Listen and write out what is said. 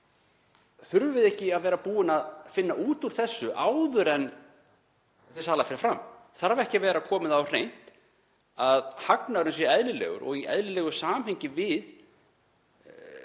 Þurfum við ekki að vera búin að finna út úr þessu áður en sala fer fram? Þarf ekki að vera komið á hreint að hagnaðurinn sé eðlilegur og í eðlilegu samhengi við